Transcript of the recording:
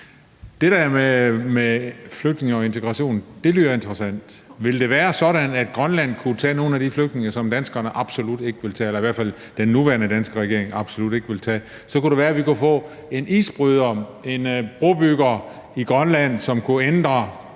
Det der med flygtninge og integration lyder interessant. Ville det være sådan, at Grønland kunne tage nogle af de flygtninge, som danskerne – eller i hvert fald den nuværende danske regering – absolut ikke vil tage? Så kunne det være, at vi kunne få en isbryder, en brobygger i Grønland, som kunne ændre